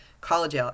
college